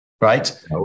right